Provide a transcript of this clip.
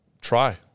try